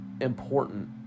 important